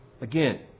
again